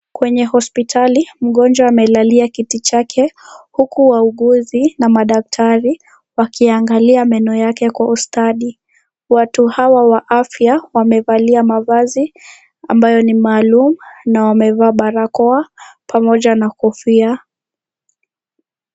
Kwenye hospitali mgonjwa amelalia kiti chake, huku wauguzi na madaktari, wakiangalia meno yake kwa ustadi. Watu hawa wa afya, wamevalia, mavazi ambayo ni maalum na wamevaa barakoa pamoja na kofia.